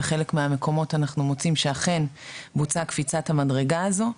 בחלק מהמקומות אנחנו מוצאים שאכן בוצעה קפיצת המדרגה הזו,